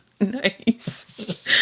Nice